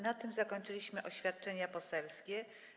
Na tym zakończyliśmy oświadczenia poselskie.